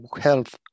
health